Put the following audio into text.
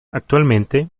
actualmente